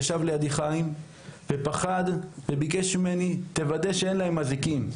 ישב לידי חיים ופחד וביקש ממני: תוודא שאין להם אזיקים.